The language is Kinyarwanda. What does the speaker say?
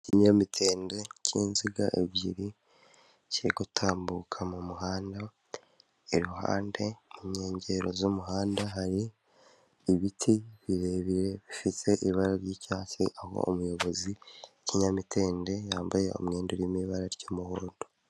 Ikinyamitende cy'inziga ebyiri kiri gutambuka mu muhanda iruhande mu nkengero z'umuhanda hari ibiti birebire bifite ibara ry'icyatsi aho umuyobozi w'ikinyamitende yambaye umwenda uri mu ibara ry'umuhondo.